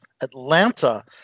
Atlanta